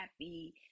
happy